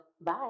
Bye